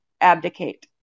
abdicate